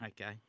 Okay